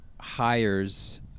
hires